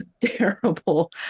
terrible